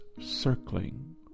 circling